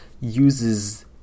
uses